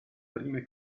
prime